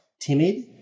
timid